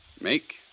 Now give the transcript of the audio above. Make